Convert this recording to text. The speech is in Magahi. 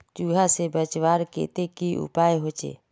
चूहा से बचवार केते की उपाय होचे?